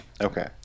Okay